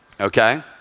okay